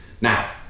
Now